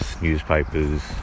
newspapers